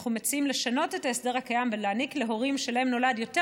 אנחנו מציעים לשנות את ההסדר הקיים ולהעניק להורים שלהם נולד יותר